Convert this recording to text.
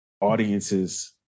audiences